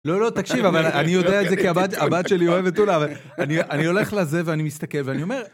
לא, לא, תקשיב, אבל אני יודע את זה כי הבת שלי אוהבת טונה, אני הולך לזה ואני מסתכל ואני אומר...